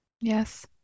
Yes